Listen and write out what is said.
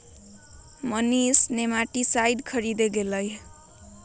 Manish nematicide खरीदे गय लय